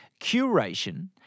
curation